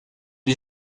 die